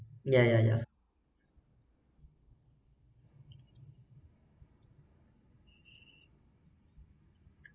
ya ya ya